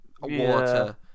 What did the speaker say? water